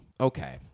Okay